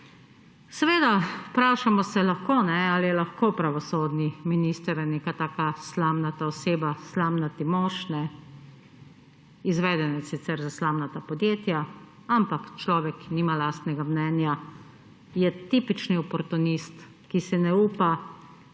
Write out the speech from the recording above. Seveda, vprašamo se lahko, ali je lahko pravosodni minister neka taka slamnata oseba, slamnati mož. Izvedenec sicer za slamnata podjetja, ampak človek, ki nima lastnega mnenja, je tipični oportunist, ki si ne upa,